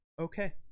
okay